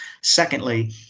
Secondly